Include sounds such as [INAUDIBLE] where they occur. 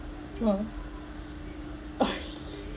!wah! [LAUGHS]